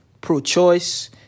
pro-choice